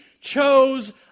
Chose